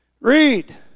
Read